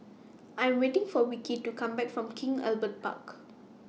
I Am waiting For Vikki to Come Back from King Albert Park